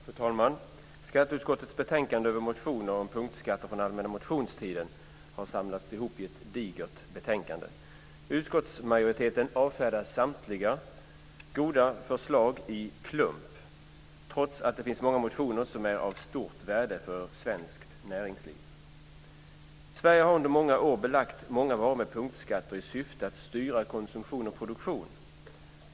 Fru talman! Skatteutskottets betänkande om motioner om punktskatter från allmänna motionstiden är ett digert betänkande. Utskottsmajoriteten avfärdar samtliga goda förslag i en klump, trots att det finns många motioner som är av stort värde för svenskt näringsliv. I Sverige har man under många år belagt många varor med punktskatter i syfte att styra konsumtion och produktion.